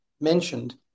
mentioned